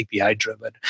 API-driven